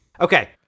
okay